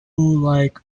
like